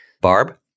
Barb